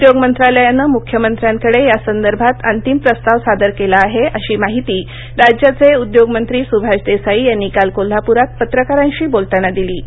उद्योग मंत्रालयानं मुख्यमंत्र्याकडे यासंदर्भात अंतिम प्रस्ताव सादर केला आहे अशी माहिती राज्याचे उद्योगमंत्री सुभाष देसाई यांनी काल कोल्हापुरात पत्रकारांशी बोलताना दिली